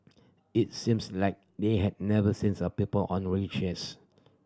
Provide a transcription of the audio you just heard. it seems like they had never since a people on wheelchairs